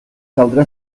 caldrà